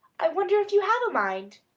i wonder if you have a mind?